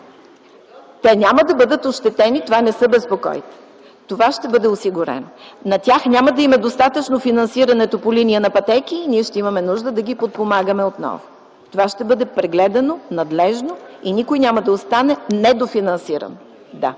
Те няма да бъдат ощетени. За това не се безпокойте. На тях няма да им е достатъчно финансирането по линия на пътеки и ние ще имаме нужда да ги подпомагаме отново. Това ще бъде прегледано надлежно и никой няма да остане недофинансиран.